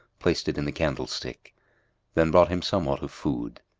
placed it in the candlestick then brought him somewhat of food.